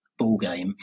ballgame